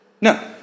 No